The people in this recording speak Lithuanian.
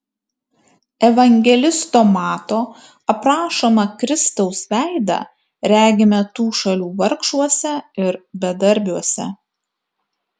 evangelisto mato aprašomą kristaus veidą regime tų šalių vargšuose ir bedarbiuose